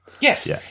Yes